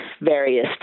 various